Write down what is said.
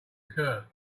occur